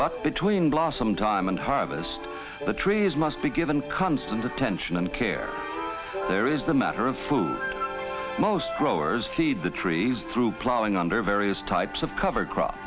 but between blossom time and harvest the trees must be given constant attention and care there is the matter of food most growers feed the trees through ploughing under various types of cover crop